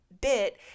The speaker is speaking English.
Bit